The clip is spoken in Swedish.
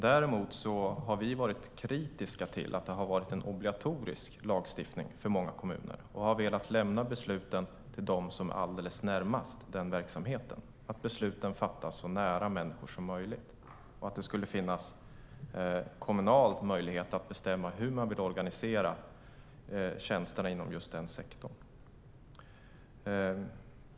Däremot har vi varit kritiska till att det har varit en obligatorisk lagstiftning för många kommuner och har velat lämna besluten till dem som är allra närmast verksamheten. Vi vill att besluten fattas så nära människor som möjligt och att det ska finnas kommunal möjlighet att bestämma hur man vill organisera tjänsterna inom just den sektorn.